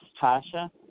Tasha